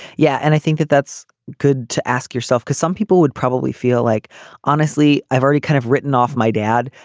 yeah. and i think that that's good to ask yourself cause some people would probably feel like honestly i've already kind of written off my dad.